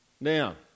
Now